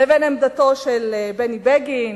לבין עמדתו של בני בגין?